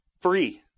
free